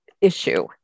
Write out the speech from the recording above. issue